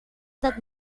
that